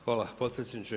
Hvala potpredsjedniče.